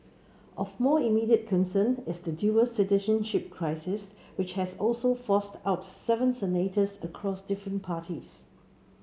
of more immediate concern is the dual citizenship crisis which has also forced out seven senators across different parties